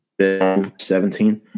17